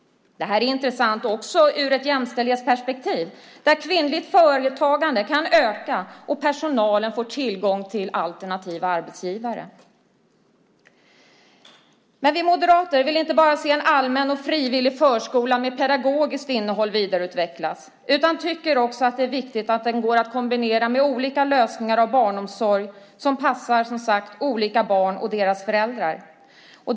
Detta är intressant också ur ett jämställdhetsperspektiv där kvinnligt företagande kan öka och personalen få tillgång till alternativa arbetsgivare. Men vi moderater vill inte bara se en allmän och frivillig förskola med pedagogiskt innehåll vidareutvecklas utan tycker också att det är viktigt att den går att kombinera med olika lösningar av barnomsorg som passar olika barn och deras föräldrar.